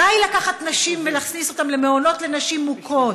די לקחת נשים ולהכניס אותן למעונות לנשים מוכות.